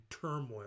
turmoil